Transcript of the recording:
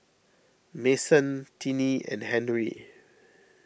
Mason Tinie and Henri